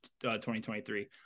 2023